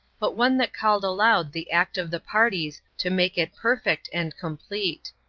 but one that called aloud the act of the parties to make it perfect and complete.